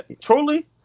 Truly